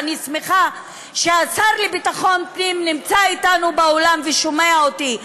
ואני שמחה שהשר לביטחון פנים נמצא אתנו באולם ושומע אותי,